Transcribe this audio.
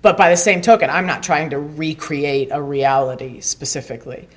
but by the same token i'm not trying to recreate a reality specifically